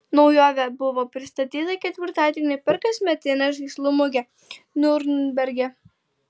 naujovė buvo pristatyta ketvirtadienį per kasmetinę žaislų mugę niurnberge